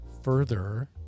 further